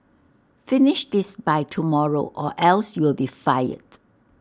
finish this by tomorrow or else you'll be fired